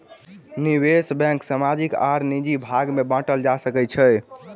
निवेश बैंक सामाजिक आर निजी भाग में बाटल जा सकै छै